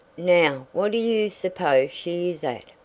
now what do you suppose she is at?